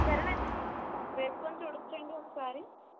సరేనండి వేసుకుని చూడవచ్చా అండి ఒకసారి